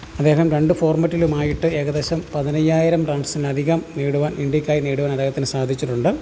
അദ്ദേഹം രണ്ട് ഫോർമേറ്റിലുമായിട്ട് ഏകദേശം പതിനയ്യായിരം റൺസിനധികം നേടുവാൻ ഇന്ത്യക്കായി നേടുവാൻ അദ്ദേഹത്തിനു സാധിച്ചിട്ടുണ്ട്